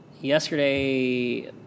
yesterday